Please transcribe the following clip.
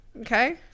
Okay